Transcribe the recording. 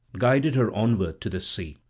guided her onward to the sea.